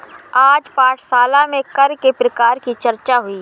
आज पाठशाला में कर के प्रकार की चर्चा हुई